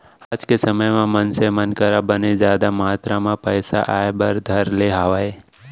आज के समे म मनसे मन करा बने जादा मातरा म पइसा आय बर धर ले हावय